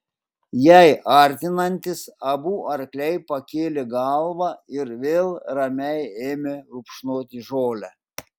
jai artinantis abu arkliai pakėlė galvą ir vėl ramiai ėmė rupšnoti žolę